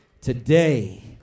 today